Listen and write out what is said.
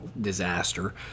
disaster